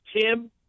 Tim